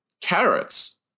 carrots